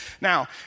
Now